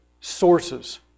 sources